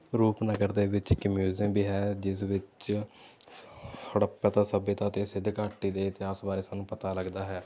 ਰੂਪਨਗਰ ਦੇ ਵਿੱਚ ਇੱਕ ਮਿਊਜ਼ੀਅਮ ਵੀ ਹੈ ਜਿਸ ਵਿੱਚ ਹੜੱਪਾ ਸੱਭਿਅਤਾ ਅਤੇ ਸਿੰਧ ਘਾਟੀ ਦੇ ਇਤਿਹਾਸ ਬਾਰੇ ਸਾਨੂੰ ਪਤਾ ਲੱਗਦਾ ਹੈ